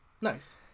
Nice